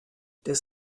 des